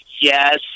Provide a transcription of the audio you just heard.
Yes